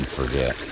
forget